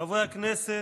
חברי הכנסת,